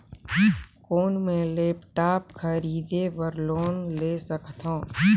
कौन मैं लेपटॉप खरीदे बर लोन ले सकथव?